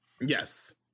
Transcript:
Yes